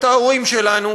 את ההורים שלנו,